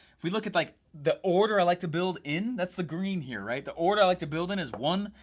we look at like, the order i like to build in, that's the green here, right? the order i like to build in is one,